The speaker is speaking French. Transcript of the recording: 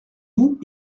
vous